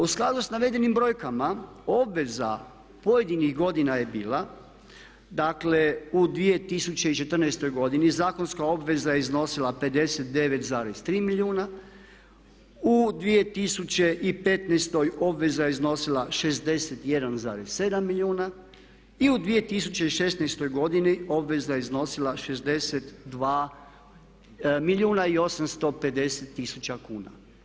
U skladu s navedenim brojkama obveza pojedinih godina je bila dakle u 2014.godini zakonska obveza je iznosila 59,3 milijuna, u 2015. obveza je iznosila 61,7 milijuna i u 2016.godini obveza je iznosila 62 milijuna i 850 tisuća kuna.